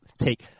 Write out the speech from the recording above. take